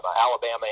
Alabama